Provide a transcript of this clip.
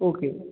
okay